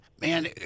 man